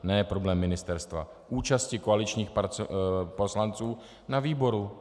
Ne problém ministerstva, účasti koaličních poslanců na výboru.